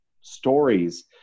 stories